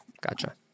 Gotcha